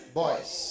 boys